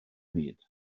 byd